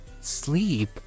sleep